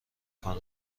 کنم